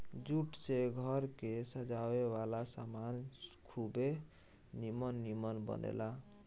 jute से घर के सजावे वाला सामान खुबे निमन निमन बनेला